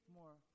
more